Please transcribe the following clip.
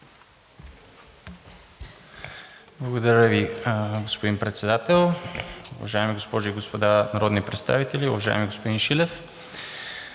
Уважаеми господин Председател, уважаеми госпожи и господа народни представители! Уважаеми господин Шотев,